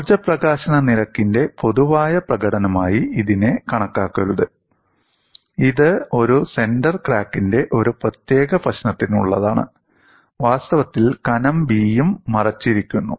ഊർജ്ജ പ്രകാശന നിരക്കിന്റെ പൊതുവായ പ്രകടനമായി ഇതിനെ കണക്കാക്കരുത് ഇത് ഒരു സെന്റർ ക്രാക്കിന്റെ ഒരു പ്രത്യേക പ്രശ്നത്തിനുള്ളതാണ് വാസ്തവത്തിൽ കനം B യും മറച്ചിരിക്കുന്നു